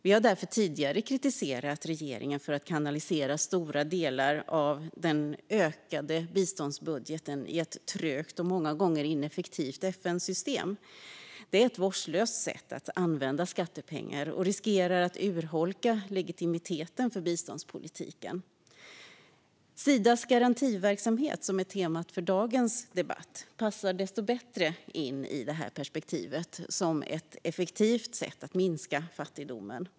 Vi har därför tidigare kritiserat regeringen för att kanalisera stora delar av den ökade biståndsbudgeten i ett trögt och många gånger ineffektivt FN-system. Detta är ett vårdslöst sätt att använda skattepengar och riskerar att urholka legitimiteten för biståndspolitiken. Sidas garantiverksamhet, som är temat för dagens debatt, passar desto bättre in i det här perspektivet som ett effektivt sätt att minska fattigdomen.